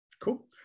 Cool